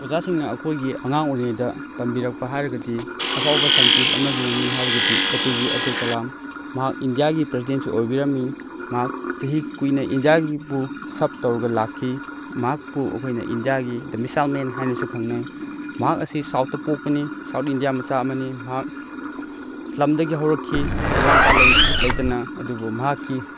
ꯑꯣꯖꯥꯁꯤꯡꯅ ꯑꯩꯈꯣꯏꯒꯤ ꯑꯉꯥꯡ ꯑꯣꯏꯔꯤꯉꯩꯗ ꯇꯝꯕꯤꯔꯛꯄ ꯍꯥꯏꯔꯒꯗꯤ ꯑꯐꯥꯎꯕ ꯁꯥꯏꯇꯤꯁ ꯑꯃꯒꯤ ꯃꯃꯤꯡ ꯍꯥꯏꯔꯒꯗꯤ A P J Abdul Kalam ꯃꯍꯥꯛ ꯏꯟꯗꯤꯌꯥꯒꯤ ꯄ꯭ꯔꯁꯤꯗꯦꯟꯁꯨ ꯑꯣꯏꯕꯤꯔꯝꯃꯤ ꯃꯍꯥꯛ ꯆꯍꯤ ꯀꯨꯏꯅ ꯏꯟꯗꯤꯌꯥꯕꯨ ꯁꯔꯞ ꯇꯧꯔꯒ ꯂꯥꯛꯈꯤ ꯃꯌꯥꯛꯄꯨ ꯑꯩꯈꯣꯏꯅ ꯏꯟꯗꯤꯌꯥꯒꯤ ꯗ ꯃꯤꯁꯥꯏꯜ ꯃꯦꯟ ꯍꯥꯏꯔꯒꯁꯨ ꯈꯪꯅꯩ ꯃꯍꯥꯛ ꯑꯁꯤ ꯁꯥꯎꯠꯇ ꯄꯣꯛꯄꯅꯤ ꯁꯥꯎꯠ ꯏꯟꯗꯤꯌꯥ ꯃꯆꯥ ꯑꯃꯅꯤ ꯃꯍꯥꯛ ꯏꯁꯂꯝꯗꯒꯤ ꯍꯧꯔꯛꯈꯤ ꯃꯃꯥ ꯃꯄꯥ ꯂꯩꯇꯅ ꯑꯗꯨꯕꯨ ꯃꯍꯥꯛꯀꯤ